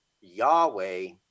Yahweh